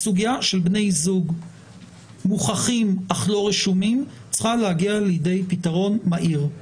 שהסוגיה של בני זוג מוכחים אך לא רשומים צריכה להגיע לידי פתרון מהיר.